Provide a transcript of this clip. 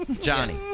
Johnny